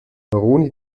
maroni